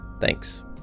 Thanks